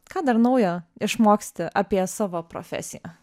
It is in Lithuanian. ką dar naujo išmoksti apie savo profesiją